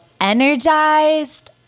energized